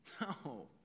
No